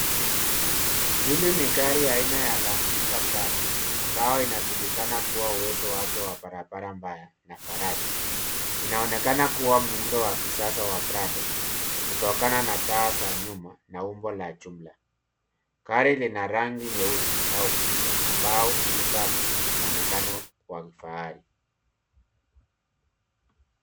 Hili ni gari aina ya Land Cruiser Prado, ambayo inajulikana kwa uwezo wake wa barabara mbaya na faraja. Inaonekana kuwa muundo wa kisasa wa Prado, kutokana na taa za nyuma na umbo la jumla. Gari lina rangi nyeusi au giza ambao huipa muonekano wa kifahari.